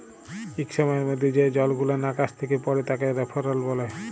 ইক সময়ের মধ্যে যে জলগুলান আকাশ থ্যাকে পড়ে তাকে রেলফল ব্যলে